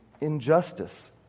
injustice